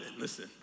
Listen